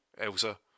Elsa